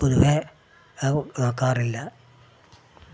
പൊതുവെ ഞാൻ നോക്കാറില്ല